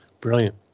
Brilliant